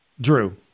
Drew